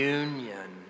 union